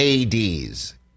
ADs